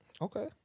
Okay